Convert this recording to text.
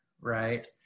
right